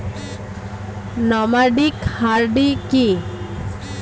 Nomadic hardy কি?